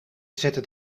zette